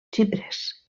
xiprers